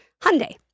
Hyundai